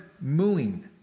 mooing